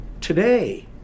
Today